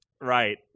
Right